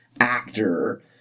actor